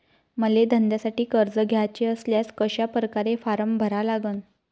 मले धंद्यासाठी कर्ज घ्याचे असल्यास कशा परकारे फारम भरा लागन?